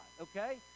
okay